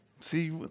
See